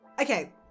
okay